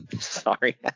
Sorry